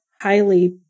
highly